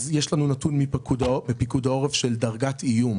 יש לנו נתון מפיקוד העורף של דרגת איום.